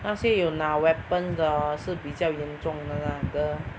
那些有拿 weapons 的 orh 是比较严重的 lah !duh!